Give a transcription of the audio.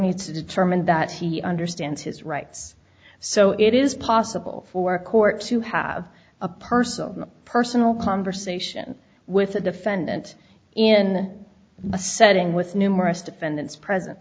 needs to determine that he understands his rights so it is possible for a court to have a person personal conversation with a defendant in a setting with numerous defendants present